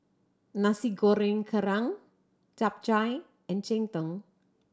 Nasi Goreng Kerang Chap Chai and cheng tng